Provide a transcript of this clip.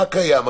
מה קיים?